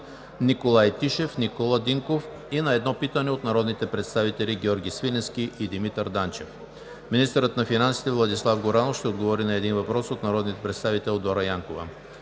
Николай Тишев; Никола Динков; и на едно питане от народните представители Георги Свиленски и Димитър Данчев; - министърът на финансите Владислав Горанов ще отговори на един въпрос от народния представител Дора Янкова;